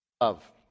Love